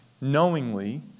knowingly